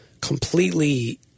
completely